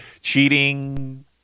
cheating